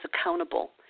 accountable